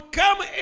come